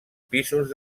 pisos